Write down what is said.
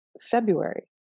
February